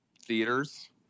theaters